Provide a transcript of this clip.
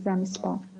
זה המספר.